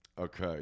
Okay